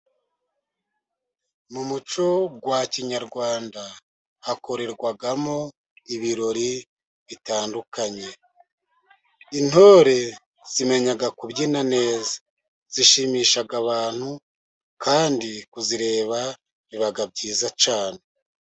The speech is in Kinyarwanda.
Mu muco wa kinyarwanda hakorerwamo ibirori bitandukanye, intore zimenya kubyina neza, zishimisha abantu kandi kuzireba biba byiza cyane.